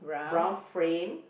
brown frame